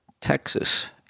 Texas